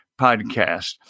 podcast